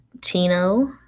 Tino